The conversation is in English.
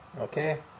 Okay